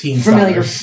familiar